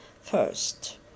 first